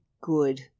good